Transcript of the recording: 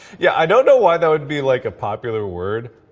yeah, i don't know why that would be like a popular word.